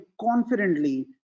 confidently